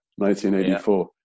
1984